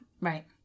Right